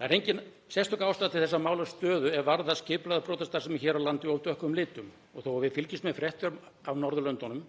Það er engin sérstök ástæða til þess að mála stöðu er varðar skipulagða brotastarfsemi hér á landi of dökkum litum og þó að við fylgjumst með fréttum af Norðurlöndunum,